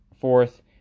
fourth